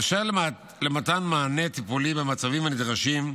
באשר למתן מענה טיפול במצבים הנדרשים,